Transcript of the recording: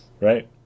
right